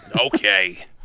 Okay